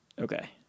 Okay